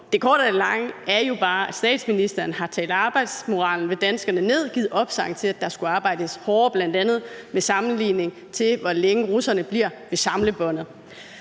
korte af det lange er jo bare, at statsministeren har talt danskernes arbejdsmoral ned og givet en opsang til, at der skulle arbejdes hårdere bl.a. ved at sammenligne med, hvor længe russerne bliver ved samlebåndet.